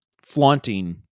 flaunting